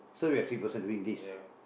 so we have three person doing this